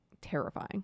terrifying